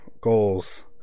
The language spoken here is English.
goals